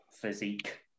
physique